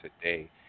today